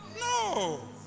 No